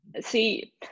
see